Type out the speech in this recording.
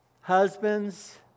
Husbands